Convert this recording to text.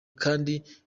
kandi